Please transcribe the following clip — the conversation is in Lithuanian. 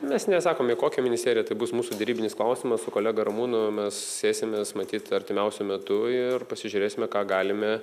mes nesakom į kokią ministeriją tai bus mūsų derybinis klausimas su kolega ramūnu mes sėsimės matyt artimiausiu metu ir pasižiūrėsime ką galime